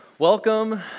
Welcome